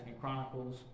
Chronicles